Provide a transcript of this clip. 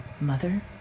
Mother